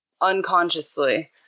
unconsciously